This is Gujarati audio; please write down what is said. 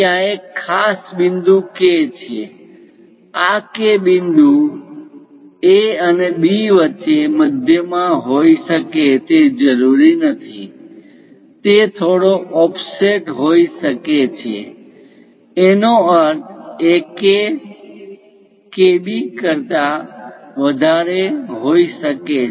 ત્યાં એક ખાસ બિંદુ K છે આ K બિંદુ એ અને બી વચ્ચે મધ્યમાં હોઇ શકે તે જરૂરી નથી તે થોડો ઓફસેટ હોઈ શકે છે એનો અર્થ AK KB કરતા વધારે હોઇ શકે છે